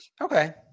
Okay